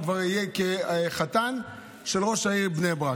הוא כבר יהיה כחתן של ראש העיר בני ברק.